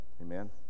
Amen